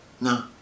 no